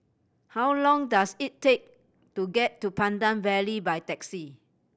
how long does it take to get to Pandan Valley by taxi